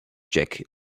jacket